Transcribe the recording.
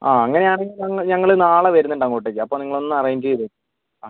ആ അങ്ങനെ ആണെങ്കിൽ ഞങ്ങൾ ഞങ്ങൾ നാളെ വരുന്നുണ്ട് അങ്ങോട്ടേക്ക് അപ്പോൾ നിങ്ങൾ ഒന്ന് അറേഞ്ച് ചെയ്തേക്ക് ആ